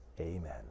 Amen